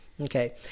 Okay